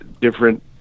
different